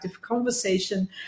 conversation